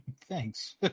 Thanks